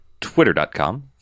twitter.com